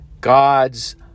God's